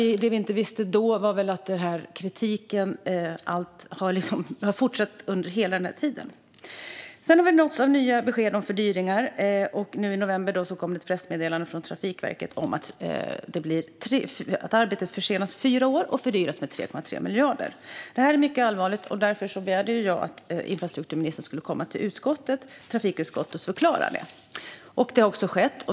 Det vi inte visste då var väl att den kritiken har fortsatt under hela den här tiden. Sedan har vi nåtts av nya besked om fördyringar. Nu i november kom det ett pressmeddelande från Trafikverket om att arbetet försenas med fyra år och fördyras med 3,3 miljarder. Det är mycket allvarligt. Därför begärde jag att infrastrukturministern skulle komma till trafikutskottet och förklara detta. Det har skett.